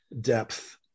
depth